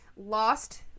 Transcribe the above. lost